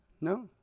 No